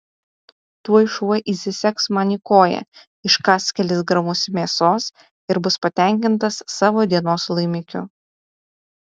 tuoj šuo įsisegs man į koją iškąs kelis gramus mėsos ir bus patenkintas savo dienos laimikiu